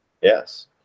Yes